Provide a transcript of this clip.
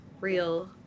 real